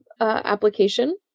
application